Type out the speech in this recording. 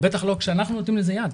בטח לא כשאנחנו נותנים לזה יד.